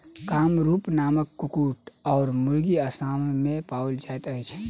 कामरूप नामक कुक्कुट वा मुर्गी असाम मे पाओल जाइत अछि